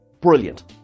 brilliant